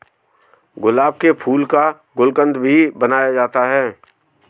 गुलाब के फूल का गुलकंद भी बनाया जाता है